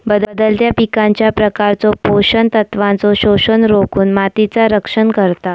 बदलत्या पिकांच्या प्रकारचो पोषण तत्वांचो शोषण रोखुन मातीचा रक्षण करता